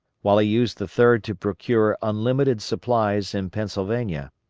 while he used the third to procure unlimited supplies in pennsylvania,